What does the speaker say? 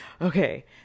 okay